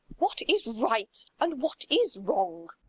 what is right and what is wrong?